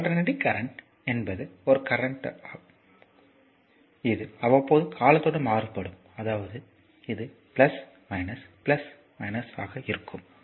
எனவே ஒரு alternating current என்பது ஒரு கரண்ட் ஆகும் இது அவ்வப்போது காலத்துடன் மாறுபடும் அதாவது இது ஆக இருக்கும்